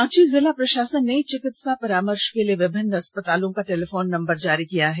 रांची जिला प्रषासन ने चिकित्सा परामर्ष के लिए विभिन्न अस्पतालों का टेलीफोन नंबर जारी किया है